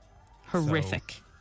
Horrific